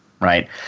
right